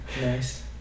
Nice